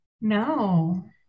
No